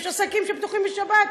יש עסקים שפתוחים בשבת,